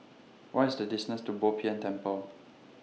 What IS The distance to Bo Tien Temple